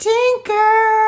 Tinker